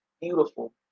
beautiful